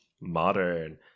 modern